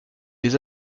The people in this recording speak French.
les